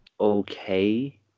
okay